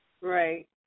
Right